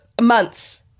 months